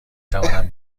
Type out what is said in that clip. توانم